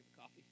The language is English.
coffee